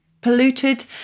polluted